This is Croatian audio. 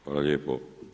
Hvala lijepo.